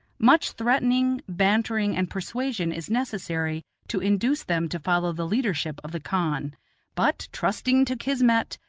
much threatening, bantering, and persuasion is necessary to induce them to follow the leadership of the khan but, trusting to kismet,